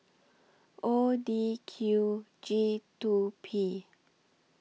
O D Q G two P